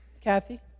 Kathy